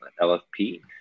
lfp